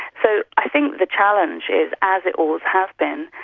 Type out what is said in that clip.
so i think the challenge is, as it always has been,